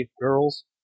girls